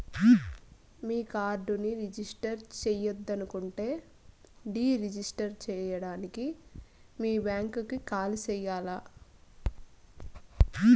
మీ కార్డుని రిజిస్టర్ చెయ్యొద్దనుకుంటే deregister సేయడానికి మీ బ్యాంకీకి కాల్ సెయ్యాల్ల